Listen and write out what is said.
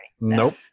nope